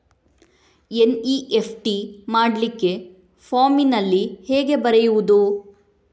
NEFT ಮಾಡ್ಲಿಕ್ಕೆ ಫಾರ್ಮಿನಲ್ಲಿ ಹೇಗೆ ಬರೆಯುವುದು?